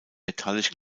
metallisch